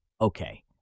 okay